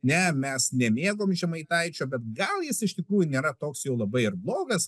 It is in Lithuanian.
ne mes nemėgom žemaitaičio bet gal jis iš tikrųjų nėra toks jau labai ir blogas